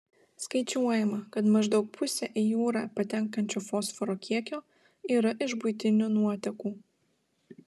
skaičiuojama kad maždaug pusė į jūrą patenkančio fosforo kiekio yra iš buitinių nuotekų